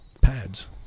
pads